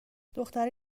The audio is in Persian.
دختره